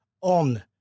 on